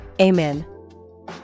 Amen